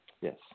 Yes